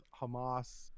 Hamas